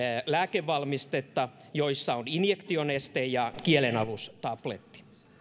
lääkevalmistetta joissa on injektioneste ja kielenalustabletti